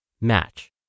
match